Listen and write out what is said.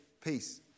peace